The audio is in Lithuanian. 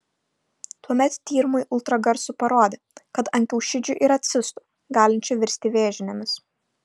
tuomet tyrimai ultragarsu parodė kad ant kiaušidžių yra cistų galinčių virsti vėžinėmis